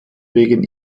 wegen